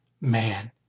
man